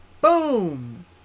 boom